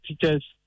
teachers